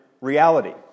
reality